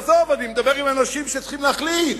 עזוב, אני מדבר עם אנשים שצריכים להחליט.